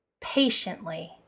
patiently